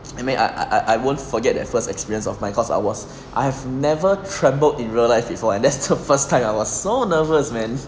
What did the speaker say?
it may I I won't forget that first experience of my cause I was I've never trembled in real life before and that's the first time I was so nervous man